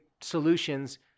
solutions